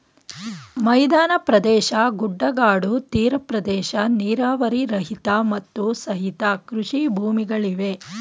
ಮೈದಾನ ಪ್ರದೇಶ, ಗುಡ್ಡಗಾಡು, ತೀರ ಪ್ರದೇಶ, ನೀರಾವರಿ ರಹಿತ, ಮತ್ತು ಸಹಿತ ಕೃಷಿ ಭೂಮಿಗಳಿವೆ